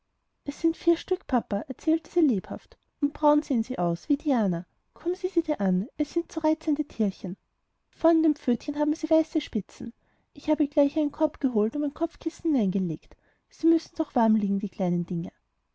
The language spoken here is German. es sind vier stück papa erzählte sie lebhaft und braun sehen sie aus wie diana komm sieh dir sie an es sind zu reizende tierchen vorn an den pfötchen haben sie weiße spitzen ich habe gleich einen korb geholt und mein kopfkissen hineingelegt sie müssen doch warm liegen die kleinen dinger